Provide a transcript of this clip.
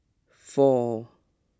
four